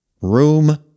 Room